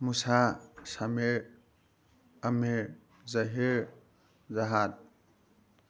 Musa Samir Amir Zahir Jahad